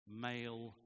male